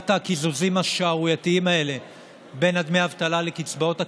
מניעת הקיזוזים השערורייתיים האלה בין דמי האבטלה לקצבאות הקיום,